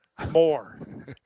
More